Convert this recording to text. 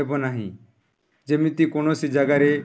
ହେବ ନାହିଁ ଯେମିତି କୌଣସି ଜାଗାରେ